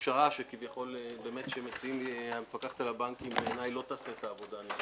הפשרה שמציעה המפקחת על הבנקים בעיניי לא תעשה את העבודה הנדרשת.